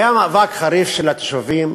היה מאבק חריף של התושבים